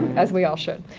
as we all should.